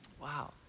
Wow